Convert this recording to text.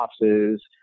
losses